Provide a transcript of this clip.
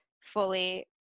fully